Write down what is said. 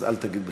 אל תגיד בכלל.